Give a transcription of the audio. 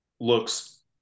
looks